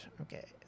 Okay